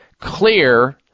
Clear